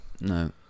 No